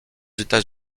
états